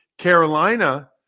Carolina